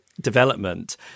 development